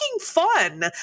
fun